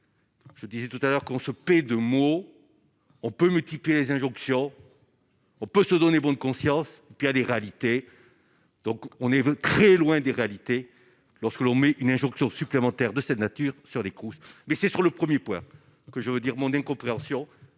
Je disais tout à l'heure qu'on se paie de mots on peut multiplier les injonctions, on peut se donner bonne conscience, puis a des réalités, donc on est très loin des réalités, lorsque l'on met une injection supplémentaire de cette nature sur les coups, mais c'est sur le 1er point que je veux dire mon incompréhension,